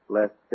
Less